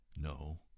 no